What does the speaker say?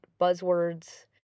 buzzwords